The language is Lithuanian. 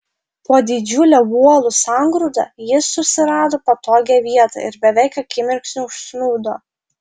po didžiule uolų sangrūda jis susirado patogią vietą ir beveik akimirksniu užsnūdo